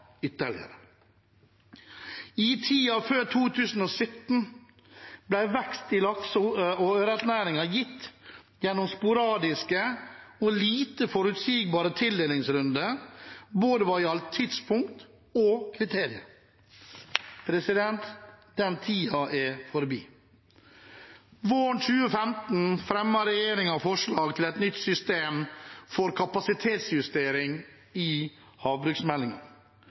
ytterligere. I tiden før 2017 ble vekst i lakse- og ørretnæringen gitt gjennom sporadiske og lite forutsigbare tildelingsrunder både hva gjaldt tidspunkt og kriterier. Den tiden er forbi. Våren 2015 fremmet regjeringen i havbruksmeldingen forslag til et nytt system for kapasitetsjustering, og Stortinget sluttet seg i